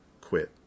quit